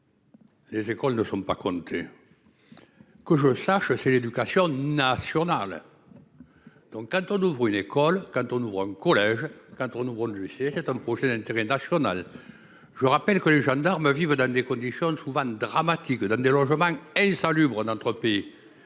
Les écoles ne sont pas convaincus. Que je sache c'est l'éducation nationale. Donc quand on ouvre une école quand on ouvre un collège quand on ouvre de l'huissier. Un projet d'intérêt national. Je rappelle que les gendarmes vivent dans des conditions souvent dramatiques dans des logements insalubres d'. C'est